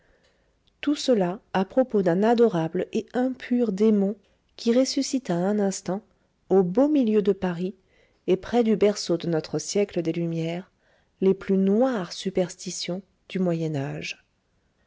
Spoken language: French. tout cela à propos d'un adorable et impur démon qui ressuscita un instant au beau milieu de paris et près du berceau de notre siècle des lumières les plus noires superstitions du